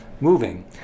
moving